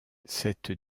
cette